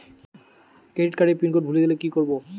Credit কার্ডের pin code ভুলে গেলে কি করব?